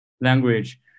language